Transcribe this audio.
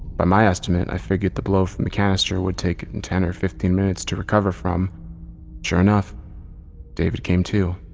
by my estimation, i figured the blow from the canister would take and ten ah fifteen minutes to recover from and sure enough david came too.